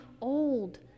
old